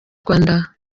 rwanda